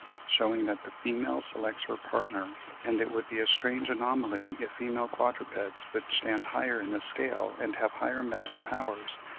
shewing that the female selects her partner and it would be a strange anomaly if female quadrupeds, which stand higher in the scale and have higher mental powers,